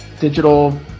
digital